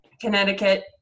Connecticut